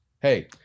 hey